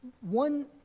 one